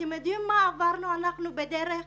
אתם יודעים מה עברנו אנחנו בדרך לכאן?